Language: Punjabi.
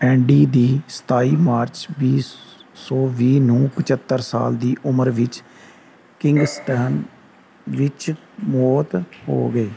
ਐਂਡੀ ਦੀ ਸਤਾਈ ਮਾਰਚ ਵੀਹ ਸੌ ਵੀਹ ਨੂੰ ਪਝੱਤਰ ਸਾਲ ਦੀ ਉਮਰ ਵਿੱਚ ਕਿੰਗਸਟਨ ਵਿੱਚ ਮੌਤ ਹੋ ਗਈ